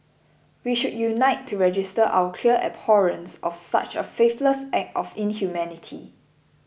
we should unite to register our clear abhorrence of such a faithless act of inhumanity